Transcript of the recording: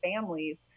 families